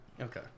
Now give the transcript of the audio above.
Okay